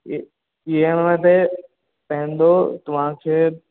ई EMI ते पवंदो तव्हांखे